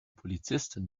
polizistin